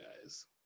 guys